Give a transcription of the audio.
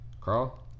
Carl